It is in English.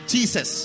Jesus